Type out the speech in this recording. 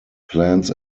plans